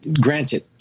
Granted